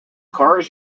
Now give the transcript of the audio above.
cars